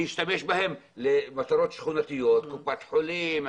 אשתמש בהן למטרות שכונתיות: קופת חולים,